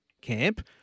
camp